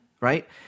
right